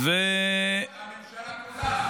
הממשלה כולה.